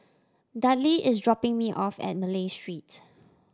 Dudley is dropping me off at Malay Street